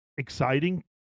exciting